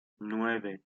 nueve